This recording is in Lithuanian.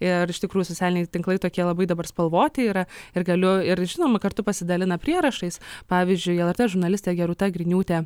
ir iš tikrųjų socialiniai tinklai tokie labai dabar spalvoti yra ir galiu ir žinoma kartu pasidalina prierašais pavyzdžiui lrt žurnalistė gerūta griniūtė